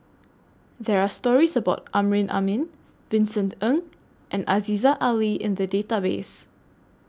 There Are stories about Amrin Amin Vincent Ng and Aziza Ali in The Database